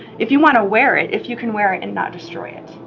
if you want to wear it, if you can wear it and not destroy it.